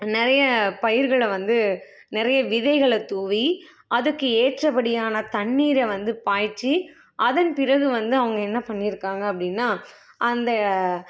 நிறைய பயிர்களை வந்து நிறைய விதைகளை தூவி அதுக்கு ஏற்றபடியான தண்ணிரை வந்து பாய்ச்சி அதன் பிறகு வந்து அவங்க என்ன பண்ணிருக்காங்க அப்படின்னா அந்த